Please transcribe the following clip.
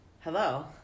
hello